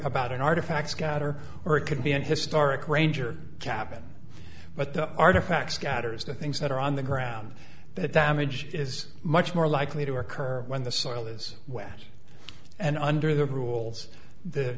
about an artifact scatter or it could be an historic ranger cabin but the artifacts scouters the things that are on the ground that damage is much more likely to occur when the soil is wet and under the rules the